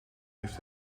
heeft